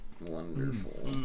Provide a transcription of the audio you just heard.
wonderful